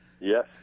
yes